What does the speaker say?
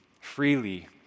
freely